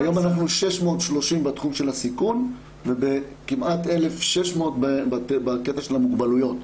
היום אנחנו 630 בתחום של הסיכון וכמעט 1600 בקטע של המוגבלויות.